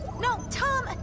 no, tom! and